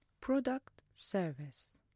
Product-Service